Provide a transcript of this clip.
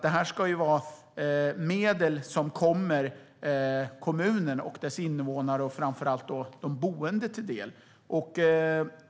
Det här ska ju vara medel som kommer kommunen, dess invånare och framför allt de boende till del.